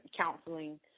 counseling